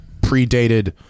predated